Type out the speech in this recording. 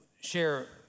share